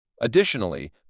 Additionally